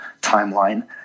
timeline